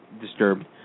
disturbed